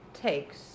takes